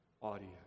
audience